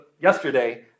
yesterday